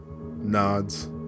Nods